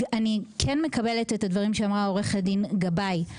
אני כן מקבלת את הדברים שאמרה עו"ד גבאי: